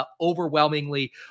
overwhelmingly